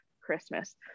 Christmas